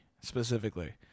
specifically